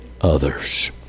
others